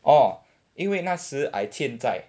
orh 因为那时 I 欠债